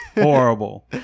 horrible